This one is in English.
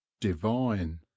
divine